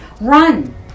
run